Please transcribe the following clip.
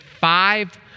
five